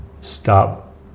stop